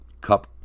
cup